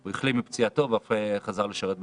הוא החלים מפציעתו ואף חזר לשרת במילואים.